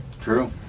true